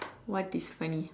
what is funny